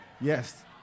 Yes